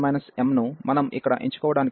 ఈ gx1x1 mను మనం ఇక్కడ ఎంచుకోవడానికి కారణం అదే